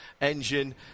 engine